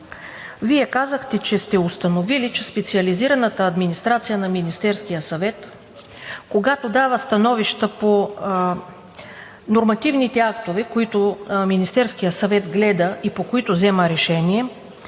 Вие казахте, че сте установили, че специализираната администрация на Министерския съвет, когато дава становища по нормативните актове, които Министерският съвет гледа и по които взема решение,